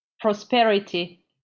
prosperity